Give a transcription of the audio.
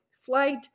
flight